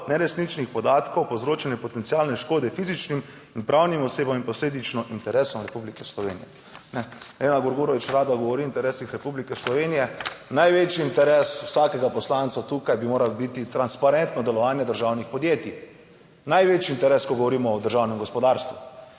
neresničnih podatkov. Povzročanje potencialne škode fizičnim in pravnim osebam in posledično interesom Republike Slovenije. Lena Grgurevič rada govori o interesih Republike Slovenije. Največji interes vsakega poslanca tukaj bi moralo biti transparentno delovanje državnih podjetij največji interes, ko govorimo o državnem gospodarstvu.